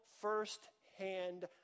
first-hand